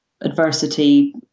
adversity